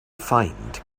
find